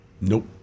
Nope